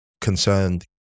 concerned